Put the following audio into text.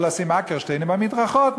או לשים "אקרשטיינים" במדרכות,